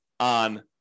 on